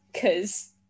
Cause